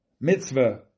Mitzvah